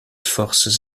forces